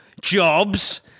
jobs